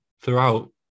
throughout